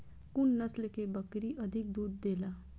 कुन नस्ल के बकरी अधिक दूध देला?